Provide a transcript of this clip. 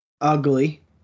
Ugly